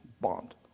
Bond